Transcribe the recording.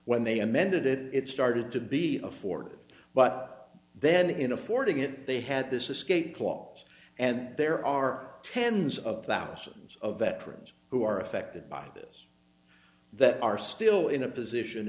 when they amended it it started to be afforded but then in affording it they had this escape clause and there are tens of thousands of veterans who are affected by this that are still in a position